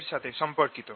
এর সাথে সম্পর্কিত